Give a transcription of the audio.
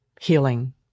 healing